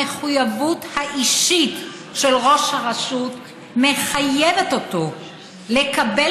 המחויבות האישית של ראש הרשות מחייבת אותו לקבל